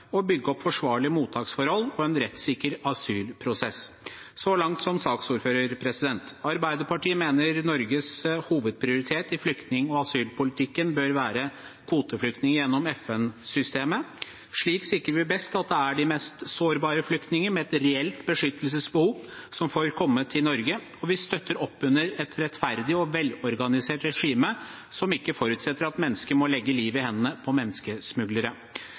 bygge opp forsvarlige mottaksforhold og en rettssikker asylprosess. Så langt har jeg snakket som saksordfører. Arbeiderpartiet mener Norges hovedprioritet i flyktning- og asylpolitikken bør være kvoteflyktninger gjennom FN-systemet. Slik sikrer vi best at det er de mest sårbare flyktningene med et reelt beskyttelsesbehov som får komme til Norge, og vi støtter opp under et rettferdig og velorganisert regime som ikke forutsetter at mennesker må legge livet i hendene på menneskesmuglere.